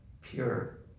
pure